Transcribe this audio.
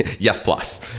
yes, plus.